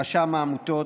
רשם העמותות,